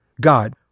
God